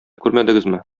күрмәдегезме